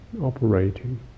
operating